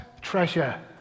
treasure